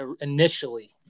initially